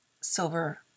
silver